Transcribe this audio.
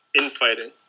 infighting